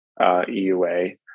EUA